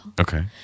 Okay